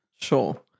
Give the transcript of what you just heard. Sure